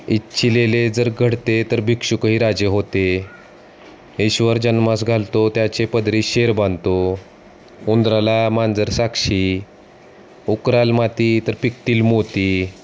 इच्छिलेले जर घडते तर भिक्षुकही राजे होते ईश्वर जन्मास घालतो त्याचे पदरी शेर बांधतो उंदराला मांजर साक्षी उकराल माती तर पिकतील मोती